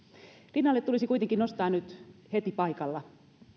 rinnalle tulisi kuitenkin nostaa nyt heti paikalla